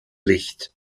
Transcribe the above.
licht